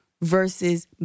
versus